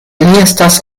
estas